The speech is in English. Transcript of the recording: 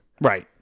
right